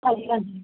ਹਾਂਜੀ ਹਾਂਜੀ